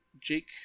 Jake